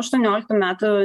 aštuonioliktų metų